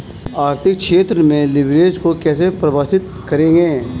आर्थिक क्षेत्र में लिवरेज को कैसे परिभाषित करेंगे?